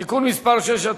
(תיקון מס' 6),